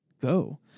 go